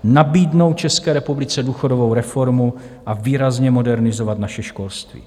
Nabídnout České republice důchodovou reformu a výrazně modernizovat naše školství.